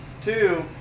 Two